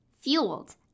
fueled